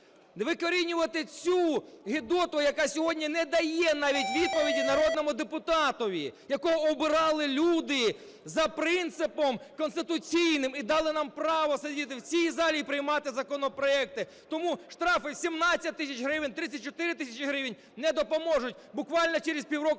викорінювати цю гидоту, яка сьогодні не дає навіть відповіді народному депутатові, якого обирали люди за принципом конституційним і дали нам право сидіти в цій залі і приймати законопроекти. Тому штрафи 17 тисяч гривень, 34 тисячі гривень не допоможуть. Буквально через півроку